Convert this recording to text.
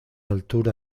altura